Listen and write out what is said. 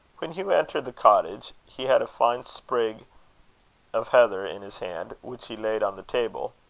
when hugh entered the cottage he had a fine sprig of heather in his hand, which he laid on the table.